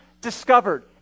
discovered